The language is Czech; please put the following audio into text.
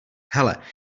hele